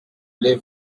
les